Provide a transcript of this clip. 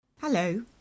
Hello